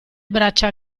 braccia